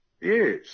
Yes